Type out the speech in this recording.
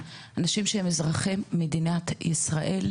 אנשים שהם אזרחי מדינת ישראל,